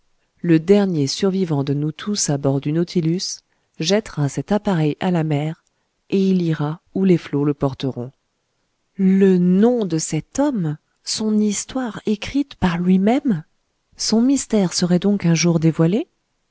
le dernier survivant de nous tous à bord du nautilus jettera cet appareil à la mer et il ira où les flots le porteront le nom de cet homme son histoire écrite par lui-même son mystère serait donc un jour dévoilé